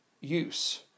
use